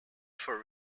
for